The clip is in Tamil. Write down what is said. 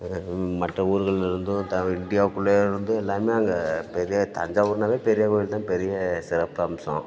ம் மற்ற ஊர்களில் இருந்தும் த இண்டியாக்குள்ளே இருந்தும் எல்லாமே அங்கே பெரிய தஞ்சாவூர்னாவே பெரிய கோயில் தான் பெரிய சிறப்பம்சம்